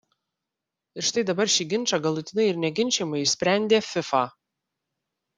ir štai dabar šį ginčą galutinai ir neginčijamai išsprendė fifa